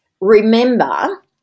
remember